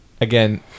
Again